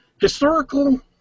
historical